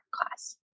class